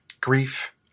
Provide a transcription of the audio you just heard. Grief